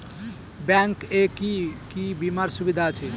Bank এ কি কী বীমার সুবিধা আছে?